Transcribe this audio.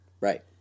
Right